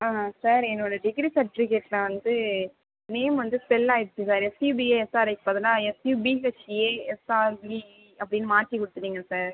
ஆம் சார் என்னோடய டிகிரி சர்டிஃபிகேட்ஸில் வந்து நேம் வந்து ஸ்பெல் ஆகிட்சி சார் எஸ்யூபிஏஎஸ் ஆர்ஐக்கு பதிலாக எஸ்யூபி ஹெச்ஏஎஸ்ஆர்இஇ அப்படின்னு மாற்றி கொடுத்துட்டீங்க சார்